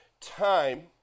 time